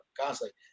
constantly